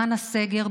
בזמן הסגר,